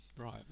Right